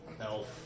elf